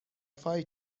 فای